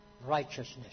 righteousness